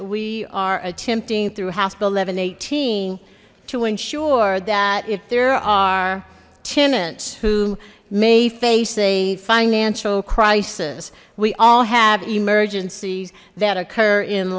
we are attempting through hospital evan eighteen to ensure that if there are tenants who may face a financial crisis we all have emergencies that occur in